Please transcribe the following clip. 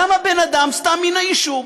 למה בן-אדם, סתם מן היישוב,